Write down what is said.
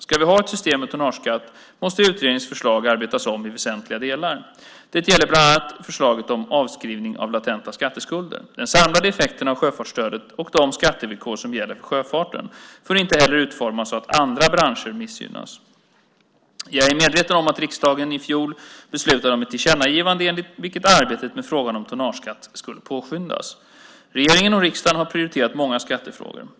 Ska vi ha ett system med tonnageskatt måste utredningens förslag arbetas om i väsentliga delar. Det gäller bland annat förslaget om avskrivning av latenta skatteskulder. Den samlade effekten av sjöfartsstödet och de skattevillkor som gäller för sjöfarten får inte heller utformas så att andra branscher missgynnas. Jag är medveten om att riksdagen i fjol beslutade om ett tillkännagivande enligt vilket arbetet med frågan om tonnageskatt skulle påskyndas. Regeringen och riksdagen har prioriterat många skattefrågor.